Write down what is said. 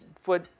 foot